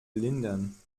lindern